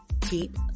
keep